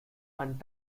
and